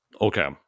Okay